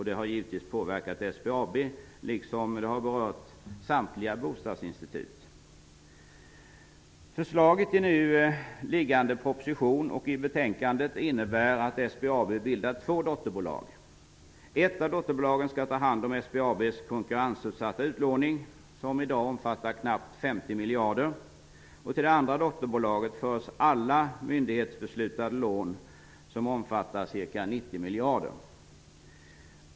Det har givetvis påverkat SBAB, liksom det har berört samtliga bostadsinstitut. Förslaget i propositionen, som tillstyrks i betänkandet, innebär att SBAB bildar två dotterbolag. Ett av dotterbolagen skall ta hand om SBAB:s konkurrensutsatta utlåning, som i dag omfattar knappt 50 miljarder. Till det andra dotterbolaget förs alla myndighetsbeslutade lån, som omfattar ca 90 miljarder.